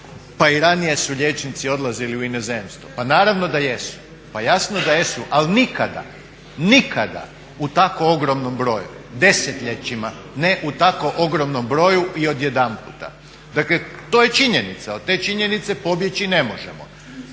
pa i ranije su liječnici odlazili u inozemstvo. Pa naravno da jesu, pa jasno da jesu. Ali nikada, nikada u tako ogromnom broju, desetljećima ne u tako ogromnom broju i odjedanput. Dakle, to je činjenica, od te činjenice pobjeći ne možemo.